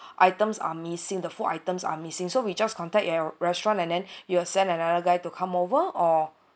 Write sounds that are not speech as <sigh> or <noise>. items are missing the food items are missing so we just contact your restaurant and then <breath> you'll send another guy to come over or